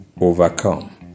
overcome